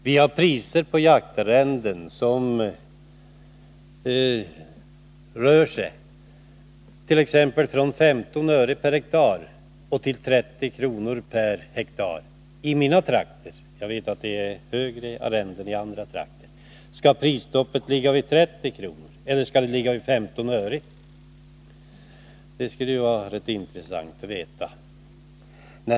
Vi har priser på jaktarrenden som rör sig t.ex. från 15 öre ha i mina trakter — jag vet att det är högre arrenden i andra trakter. Skall prisstoppet ligga vid 30 kr., eller skall det ligga vid 15 öre? Det skulle vara rätt intressant att veta.